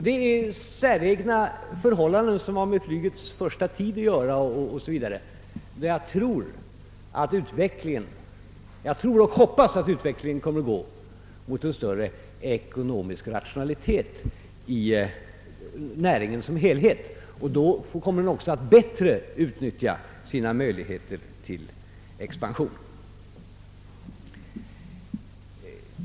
Detta är säregna förhållanden som har med flygets första tid att göra, men jag tror och hoppas att utvecklingen kommer att gå mot en större ekonomisk rationalitet i näringen som helhet och då kommer den också att bättre kunna utnyttja sina möjligheter till expansion.